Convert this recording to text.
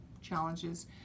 challenges